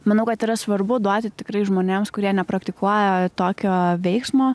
manau kad yra svarbu duoti tikrai žmonėms kurie nepraktikuoja tokio veiksmo